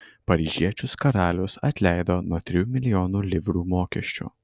paryžiečius karalius atleido nuo trijų milijonų livrų mokesčių